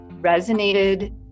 resonated